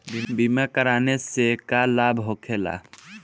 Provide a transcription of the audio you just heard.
बीमा कराने से का लाभ होखेला?